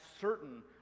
certain